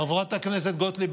חברת הכנסת גוטליב,